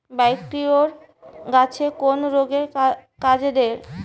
Biocure গাছের কোন রোগে কাজেদেয়?